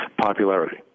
popularity